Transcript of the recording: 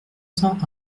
cents